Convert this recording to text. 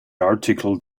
article